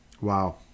Wow